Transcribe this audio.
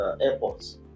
airports